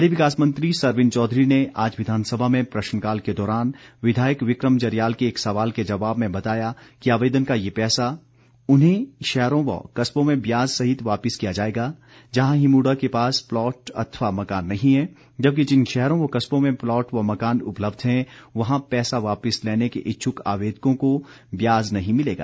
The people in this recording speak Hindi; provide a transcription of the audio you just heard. शहरी विकास मंत्री सरवीण चौधरी ने आज विधानसभा में प्रश्नकाल के दौरान विधायक विक्रम जरियाल के एक सवाल के जवाब में बताया कि आवेदन का यह पैसा उन्हीं शहरों व कस्बों में ब्याज सहित वापिस किया जाएगा जहां हिमुडा के पास प्लाट अथवा मकान नहीं हैं जबकि जिन शहरों व कस्बों में प्लाट व मकान उपलब्ध हैं वहां पैसा वापस लेने के इच्छुक आवेदकों को ब्याज नहीं मिलेगा